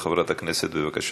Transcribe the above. חברת הכנסת טלי פלוסקוב, בבקשה.